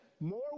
more